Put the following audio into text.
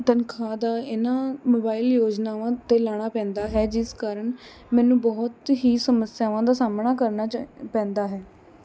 ਤਨਖਾਹ ਦਾ ਇਨ੍ਹਾਂ ਮੋਬਾਈਲ ਯੋਜਨਾਵਾਂ ਉੱਤੇ ਲਾਉਣਾ ਪੈਂਦਾ ਹੈ ਜਿਸ ਕਾਰਨ ਮੈਨੂੰ ਬਹੁਤ ਹੀ ਸਮੱਸਿਆਵਾਂ ਦਾ ਸਾਮਣਾ ਕਰਨਾ ਜ ਪੈਂਦਾ ਹੈ